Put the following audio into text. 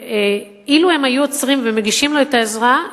ואילו הם היו עוצרים ומגישים לו את העזרה,